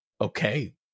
okay